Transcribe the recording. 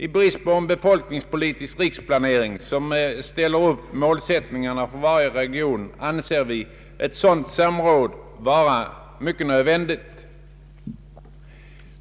I brist på en befolkningspolitisk riksplanering som ställer upp målsättningar för varje region anser vi ett sådant samråd vara mycket nödvändigt.